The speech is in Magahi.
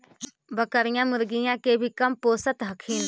बकरीया, मुर्गीया के भी कमपोसत हखिन?